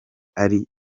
ari